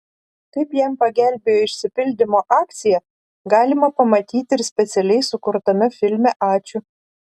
kaip jam pagelbėjo išsipildymo akcija galima pamatyti ir specialiai sukurtame filme ačiū